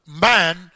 man